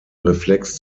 reflex